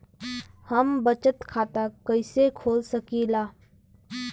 हम बचत खाता कईसे खोल सकिला?